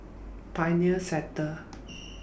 Pioneer Sector